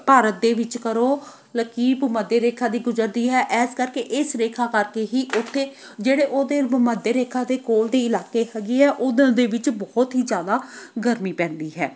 ਭਾਰਤ ਦੇ ਵਿੱਚ ਕਰੋ ਭੂ ਮੱਧ ਰੇਖਾ ਦੀ ਗੁਜਰਦੀ ਹੈ ਇਸ ਕਰਕੇ ਇਸ ਰੇਖਾ ਕਰਕੇ ਹੀ ਉੱਥੇ ਜਿਹੜੇ ਉਹਨਾਂ ਭੁ ਮੱਧ ਰੇਖਾ ਦੇ ਕੋਲ ਦੇ ਇਲਾਕੇ ਹੈਗੇ ਆ ਉਹਦਾ ਦੇ ਵਿੱਚ ਬਹੁਤ ਹੀ ਜ਼ਿਆਦਾ ਗਰਮੀ ਪੈਂਦੀ ਹੈ